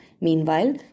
meanwhile